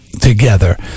together